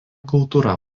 kultūra